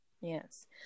Yes